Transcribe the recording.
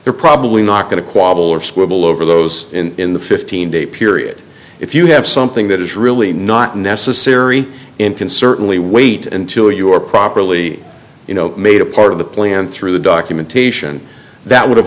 they're probably not going to cooperate or squabble over those in the fifteen day period if you have something that is really not necessary and can certainly wait until you are properly you know made a part of the plan through the documentation that would